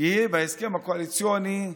יהיה בהסכם הקואליציוני,